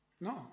No